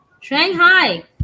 Shanghai